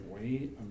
wait